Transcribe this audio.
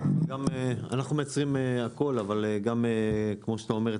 אנחנו מייצרים הכל אבל כמו שאתה אומר,